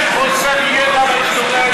חוסר ידע בהיסטוריה היהודית.